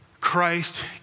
Christ